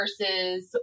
versus